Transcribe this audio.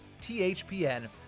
THPN